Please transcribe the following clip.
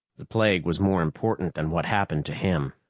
the plague was more important than what happened to him.